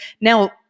now